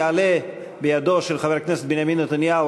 יעלה בידו של חבר הכנסת בנימין נתניהו,